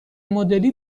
مدلی